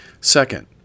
Second